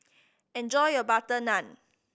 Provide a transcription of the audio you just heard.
enjoy your butter naan